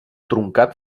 truncat